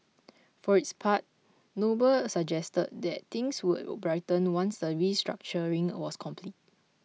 for its part Noble suggested that things would brighten once the restructuring was complete